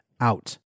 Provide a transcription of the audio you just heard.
out